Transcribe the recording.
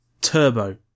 Turbo